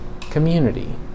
community